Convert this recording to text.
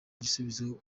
igisubizo